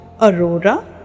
Aurora